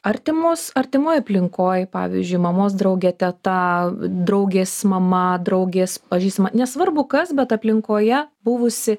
artimos artimoj aplinkoj pavyzdžiui mamos draugė teta draugės mama draugės pažįstama nesvarbu kas bet aplinkoje buvusi